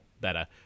better